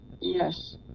Yes